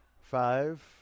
five